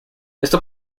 esto